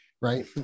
Right